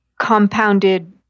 compounded